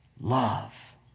love